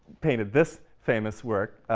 painted this famous work,